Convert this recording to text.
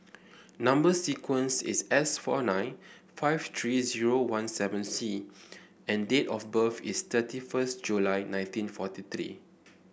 number sequence is S four nine five three zero one seven C and date of birth is thirty first July nineteen forty three